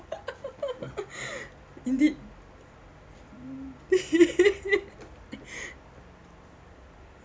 indeed